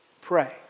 Pray